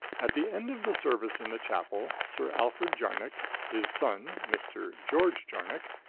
at the end of the service in the chapel, sir alfred jarnock, his son mr. george jarnock,